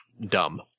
dumb